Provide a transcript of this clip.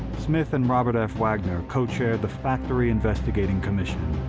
smith and robert f. wagner co-chaired the factory investigating commission,